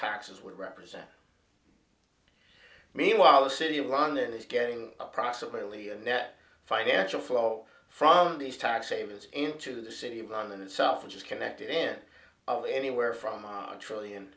taxes would represent meanwhile the city of london is getting approximately a net financial flow from these tax havens into the city of london itself which is connected n of anywhere from a trillion